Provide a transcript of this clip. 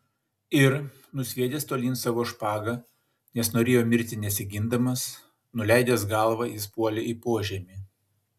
ir nusviedęs tolyn savo špagą nes norėjo mirti nesigindamas nuleidęs galvą jis puolė į požemį